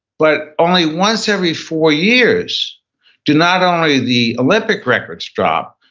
but only once every four years do not only the olympic records drop,